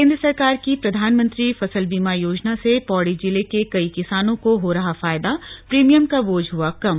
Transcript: केंद्र सरकार की प्रधानमंत्री फसल बीमा योजना से पौड़ी जिले के कई किसानों को हो रहा फायदाप्रीमियम का बोझ हुआ कम